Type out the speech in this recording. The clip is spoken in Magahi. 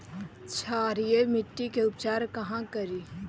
क्षारीय मिट्टी के उपचार कहा करी?